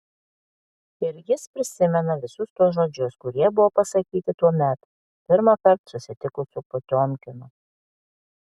ir jis prisimena visus tuos žodžius kurie buvo pasakyti tuomet pirmąkart susitikus su potiomkinu